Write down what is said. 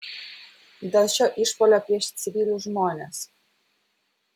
dėl šio išpuolio prieš civilius žmones